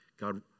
God